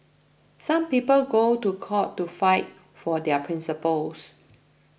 some people go to court to fight for their principles